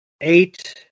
eight